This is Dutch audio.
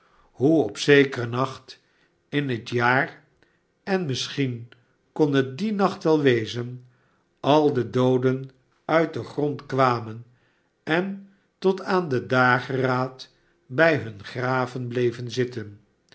hoe op zekeren nacht in het jaar en misschien kon het die nacht wel wezen al de dooden uit den grond kwamen en tot aan den dageraad bij hunne graven bleven zitten